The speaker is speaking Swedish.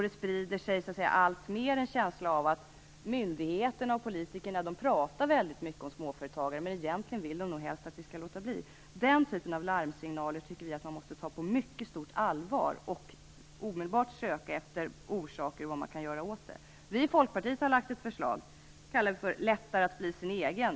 Det sprids alltmer en känsla av att myndigheterna och politikerna talar väldigt mycket om småföretagare men egentligen helst vill att de skall avstå från att vara företagare. Den typen av larmsignaler tycker vi måste tas på mycket stort allvar. Vi måste omedelbart söka efter orsaker och skapa möjligheter att göra något åt detta. Vi i Folkpartiet har lagt fram ett förslag, som vi kallar för Lättare att bli sin egen.